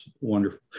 wonderful